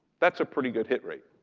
that's a pretty good hit rate.